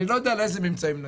אני לא יודע לאיזה ממצאים נגיע.